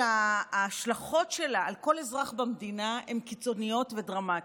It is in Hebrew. שההשלכות שלה על כל אזרח במדינה קיצוניות ודרמטיות?